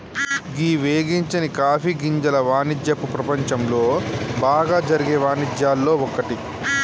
గీ వేగించని కాఫీ గింజల వానిజ్యపు ప్రపంచంలో బాగా జరిగే వానిజ్యాల్లో ఒక్కటి